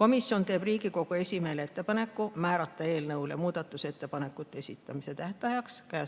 Komisjon teeb Riigikogu esimehele ettepaneku määrata eelnõu muudatusettepanekute esitamise tähtajaks k.a